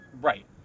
Right